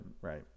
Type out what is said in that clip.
right